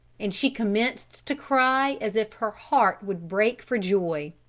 and she commenced to cry as if her heart would break for joy.